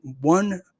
one